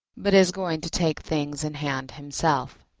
but is going to take things in hand himself.